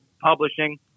Publishing